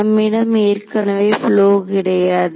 நம்மிடம் ஏற்கனவே ஃபுளோ கிடையாது